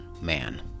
Man